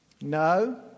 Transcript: no